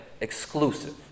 exclusive